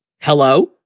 Hello